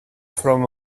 from